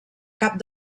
cap